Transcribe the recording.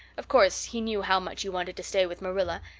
of course he knew how much you wanted to stay with marilla,